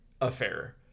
affair